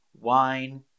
wine